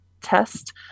test